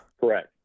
Correct